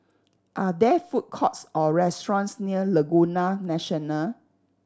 are there food courts or restaurants near Laguna National